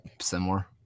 similar